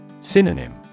Synonym